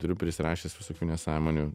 turiu prisirašęs visokių nesąmonių